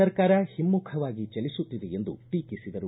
ಸರ್ಕಾರ ಹಿಮ್ಮುಖವಾಗಿ ಚಲಿಸುತ್ತಿದೆ ಎಂದು ಟೀಕಿಸಿದರು